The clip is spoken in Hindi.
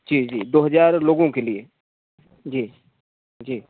जी जी दो हज़ार लोगों के लिए जी जी